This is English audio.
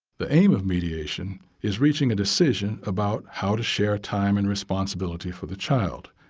the aim of mediation is reaching a decision about how to share time and responsibility for the child.